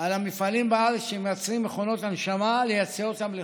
על המפעלים בארץ שמייצרים מכונות הנשמה לייצא אותן לחו"ל,